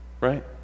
Right